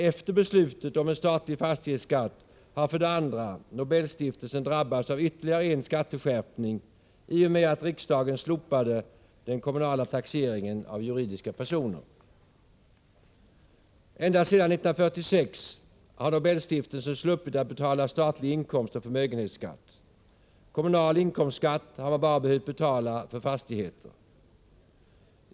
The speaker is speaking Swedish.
Efter beslutet om en statlig fastighetsskatt har för det andra Nobelstiftelsen drabbats av ytterligare en skatteskärpning i och med att riksdagen slopade den kommunala taxeringen av juridiska personer. Ända sedan 1946 har Nobelstiftelsen sluppit att betala statlig inkomstoch förmögenhetsskatt. Kommunal inkomstskatt har man bara behövt betala för fastigheter.